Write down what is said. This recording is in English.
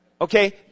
Okay